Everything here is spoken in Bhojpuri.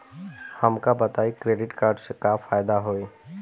हमका बताई क्रेडिट कार्ड से का फायदा होई?